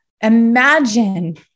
imagine